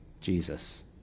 Jesus